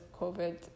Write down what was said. COVID